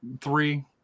Three